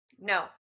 No